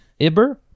Iber